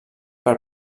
per